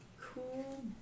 cool